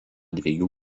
dviejų